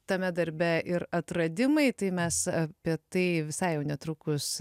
tame darbe ir atradimai tai mes apie tai visai jau netrukus